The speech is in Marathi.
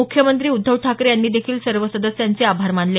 मुख्यमंत्री उद्धव ठाकरे यांनी देखील सर्व सदस्यांचे आभार मानले